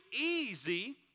easy